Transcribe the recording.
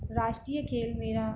राष्ट्रीय खेल मेरा